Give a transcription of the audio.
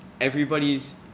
everybody's